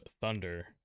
Thunder